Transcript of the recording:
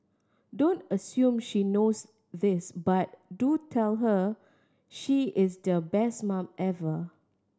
don't assume she knows this but do tell her she is the best mum ever